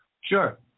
Sure